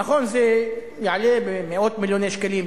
נכון, זה יעלה מאות מיליוני שקלים.